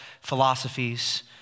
philosophies